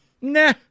nah